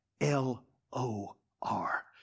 L-O-R